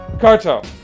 Cartel